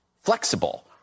flexible